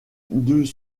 deux